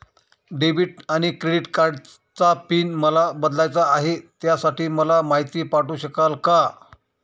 Debit आणि credit कार्डचा pin मला बदलायचा आहे, त्यासाठी मला माहिती पाठवू शकाल का?